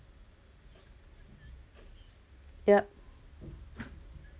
yup